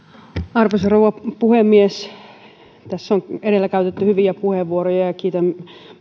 arvoisa rouva puhemies tässä on edellä käytetty hyviä puheenvuoroja ja ja kiitän